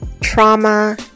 trauma